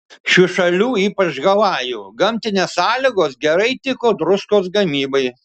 šių salų ypač havajų gamtinės sąlygos gerai tiko druskos gamybai